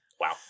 Wow